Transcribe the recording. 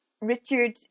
Richard